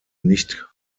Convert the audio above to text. nicht